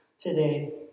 today